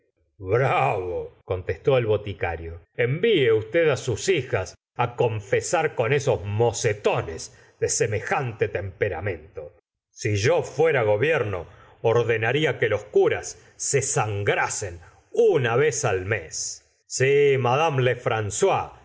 contestó el boticario enve usted sus hijas á confesar con esos mocetones de semejante temperamento si yo fuera gobierno ordenaría que los curas se sangrasen una vez al mes sil gustavo flaubert madame